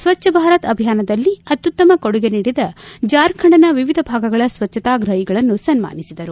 ಸ್ವಚ್ಛ ಭಾರತ ಅಭಿಯಾನದಲ್ಲಿ ಅತ್ತುಪ್ತಮ ಕೊಡುಗೆ ನೀಡಿದ ಜಾರ್ಖಂಡ್ನ ವಿವಿಧ ಭಾಗಗಳ ಸ್ವಚ್ಛತಾಗ್ರಹಿಗಳನ್ನು ಸನ್ಮಾನಿಸಿದರು